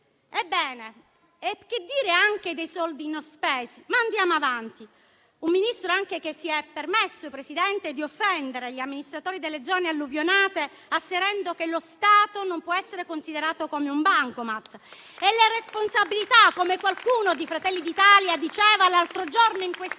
Ebbene, che dire anche dei soldi non spesi? Ma andiamo avanti. Signor Presidente, è un Ministro che si è permesso anche di offendere gli amministratori delle zone alluvionate, asserendo che lo Stato non può essere considerato come un bancomat e che le responsabilità - come qualcuno di Fratelli d'Italia diceva l'altro giorno in quest'Aula